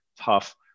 tough